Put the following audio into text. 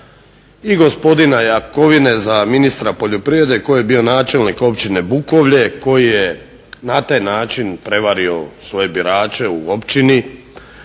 i gospodina Jakovine za ministra poljoprivrede koji je bio načelnik općine Bukovlje, koji je na taj način prevario svoje birače u općini,